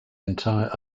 entire